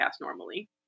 normally